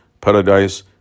paradise